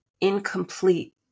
incomplete